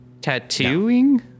tattooing